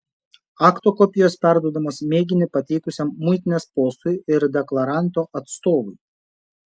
akto kopijos perduodamos mėginį pateikusiam muitinės postui ir deklaranto atstovui